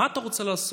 מה אתה רוצה לעשות: